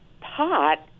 pot